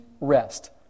rest